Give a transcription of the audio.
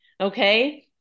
okay